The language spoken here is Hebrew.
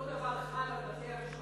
אותו דבר על בתי-המשפט,